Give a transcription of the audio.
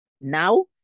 Now